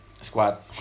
squad